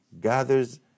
gathers